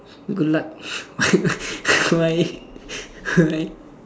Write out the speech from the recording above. good luck why why